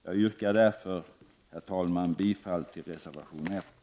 Jag yrkar därför, herr talman, bifall till reservation 1.